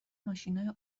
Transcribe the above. ماشینای